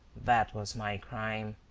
that was my crime.